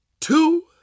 two